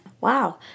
Wow